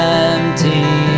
empty